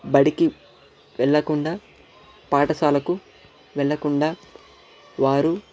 బడికి వెళ్ళకుండా పాఠశాలకు వెళ్ళకుండా వారు